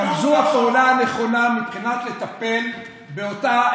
אבל זאת הפעולה הנכונה מבחינת לטפל באותה,